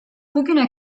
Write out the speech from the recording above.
bugüne